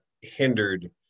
hindered